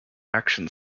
action